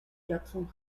jason